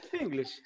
English